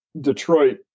Detroit